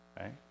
Right